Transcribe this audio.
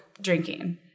drinking